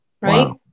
Right